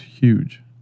huge